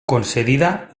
concedida